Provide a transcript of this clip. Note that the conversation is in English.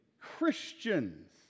Christians